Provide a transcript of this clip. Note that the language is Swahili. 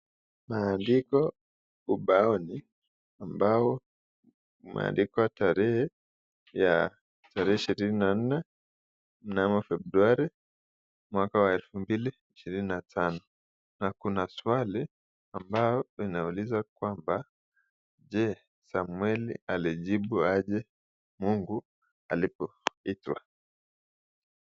Maandiko ubaoni ambao umeandikwa tarehe ya tarehe ishirini na nne mnamo Februari mwaka wa elfu mbili ishirini na tano na kuna swali ambalo linauliza kwamba ,"je? Samueli alijibu aje mungu alipoitwa."